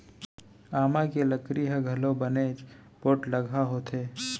आमा के लकड़ी ह घलौ बनेच पोठलगहा होथे